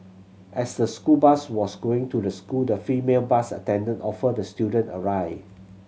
as the school bus was going to the school the female bus attendant offered the student a ride